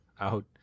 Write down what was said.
out